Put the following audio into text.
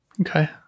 Okay